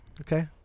okay